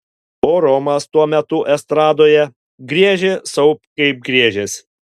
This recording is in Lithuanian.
o romas tuo metu estradoje griežė sau kaip griežęs